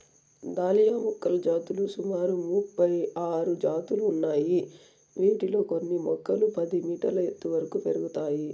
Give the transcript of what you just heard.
dahlia మొక్కల జాతులు సుమారు ముపై ఆరు జాతులు ఉన్నాయి, వీటిలో కొన్ని మొక్కలు పది మీటర్ల ఎత్తు వరకు పెరుగుతాయి